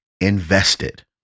invested